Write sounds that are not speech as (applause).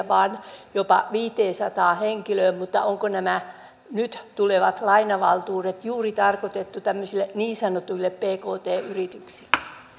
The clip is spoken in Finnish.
(unintelligible) vaan jopa viidensadan henkilön mutta onko nämä nyt tulevat lainavaltuudet juuri tarkoitettu tämmöisille niin sanotuille pkt yrityksille